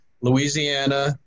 Louisiana